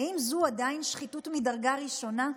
האם זו עדיין שחיתות מדרגה ראשונה?